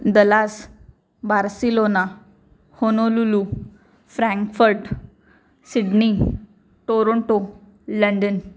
Dallas Barcelona Honolulu Frankfurt Sydney Toronto London